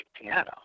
piano